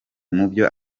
mubyo